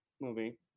movie